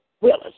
Willis